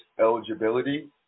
eligibility